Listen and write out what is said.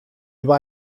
über